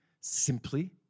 simply